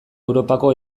europako